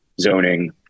zoning